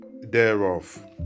thereof